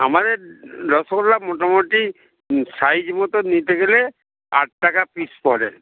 আমাদের রসগোল্লা মোটামুটি সাইজ মতো নিতে গেলে আট টাকা পিস পরে